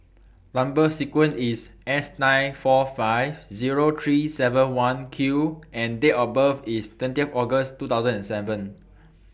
Number sequence IS S nine four five Zero three seven one Q and Date of birth IS twentieth August two thousand and seven